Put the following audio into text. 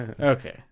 Okay